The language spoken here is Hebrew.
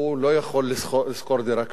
הוא לא יכול לשכור דירה,